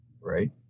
right